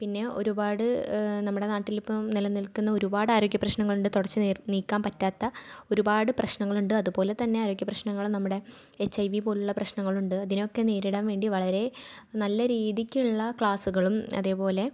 പിന്നെ ഒരുപാട് നമ്മുടെ നാട്ടിൽ ഇപ്പം നിലനിൽക്കുന്ന ഒരുപാട് ആരോഗ്യ പ്രശ്നങ്ങളുണ്ട് തുടച്ച് നീക്കാൻ പറ്റാത്ത ഒരുപാട് പ്രശ്നങ്ങളുണ്ട് അതുപോലെ തന്നെ ആരോഗ്യ പ്രശ്നങ്ങളും നമ്മുടെ എച്ച് ഐ വി പോലുള്ള പ്രശ്നങ്ങളുമുണ്ട് അതിനെയൊക്കെ നേരിടാൻ വളരെ നല്ല രീതിക്കുള്ള ക്ലാസ്സുകളും അതേപോലെ